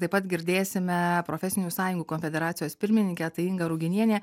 taip pat girdėsime profesinių sąjungų konfederacijos pirmininkę inga ruginienė